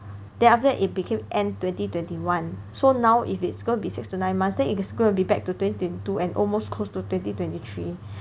then after that it became end twenty twenty one so now if it's gonna be six to nine months then it's going to be back to twenty two and almost close to twenty twenty three